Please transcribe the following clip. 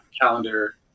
calendar